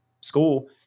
school